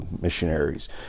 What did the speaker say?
missionaries